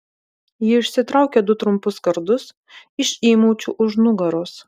ji išsitraukė du trumpus kardus iš įmaučių už nugaros